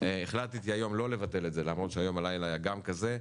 החלטתי היום לא לבטל את זה למרות שהלילה היה גם כזה,